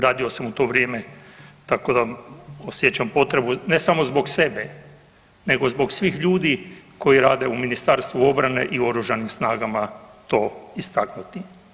Radio sam u to vrijeme tako da osjećam potrebu ne samo zbog sebe nego zbog svih ljudi koji rade u Ministarstvu obrane i oružanim snagama to istaknuti.